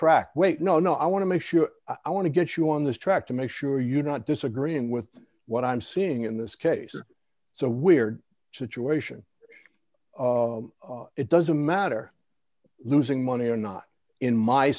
track wait no no i want to make sure i want to get you on this track to make sure you're not disagreeing with what i'm seeing in this case is so weird situation it doesn't matter losing money or not in my